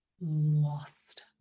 lost